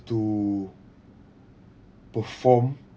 to perform